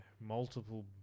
multiple